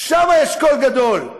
שם יש קול גדול,